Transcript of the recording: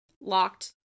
locked